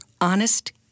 honest